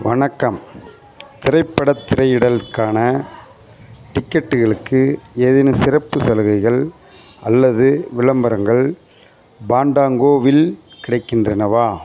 வணக்கம் திரைப்படத் திரையிடலுக்கான டிக்கெட்டுகளுக்கு ஏதேனும் சிறப்பு சலுகைகள் அல்லது விளம்பரங்கள் பாண்டாங்கோவில் கிடைக்கின்றனவா